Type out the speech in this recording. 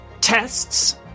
tests